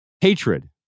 Hatred